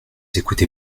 écoutez